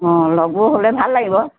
অ লগবোৰ হ'লে ভাল লাগিব